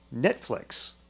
Netflix